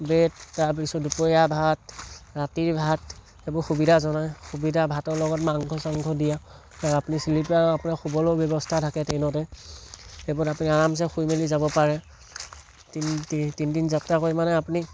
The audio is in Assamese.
ব্ৰেড তাৰপিছত দুপৰীয়া ভাত ৰাতিৰ ভাত এইবোৰ সুবিধা সুবিধা ভাতৰ লগত মাংস চাংস দিয়া আপুনি চিলিপাৰ আপুনি শুবলৈও ব্যৱস্থা থাকে ট্ৰেইনতে এইবোৰত আপুনি আৰামচে শুই মেলি যাব পাৰে তিন তিন তিনদিন যাত্ৰা কৰি মানে আপুনি